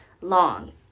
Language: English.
long